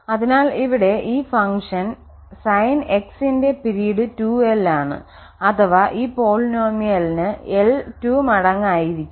അതിനാൽ ഇവിടെ ഈ ഫംഗ്ഷൻ Sn ന്റെ പിരീഡ് 2l ആണ് അഥവാ ഈ പോളിനോമിയലിന് l 2 മടങ്ങ് ആയിരിക്കും